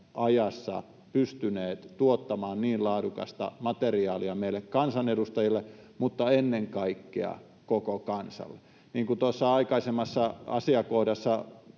pystyneet tuottamaan niin laadukasta materiaalia meille kansanedustajille mutta ennen kaikkea koko kansalle. Niin kuin tuossa aikaisemmassa asiakohdassa